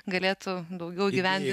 galėtų daugiau įgyvendint